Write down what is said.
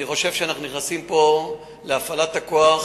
אני חושב שאנחנו נכנסים פה להפעלת הכוח,